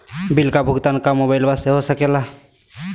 Bill का भुगतान का मोबाइलवा से हो सके ला?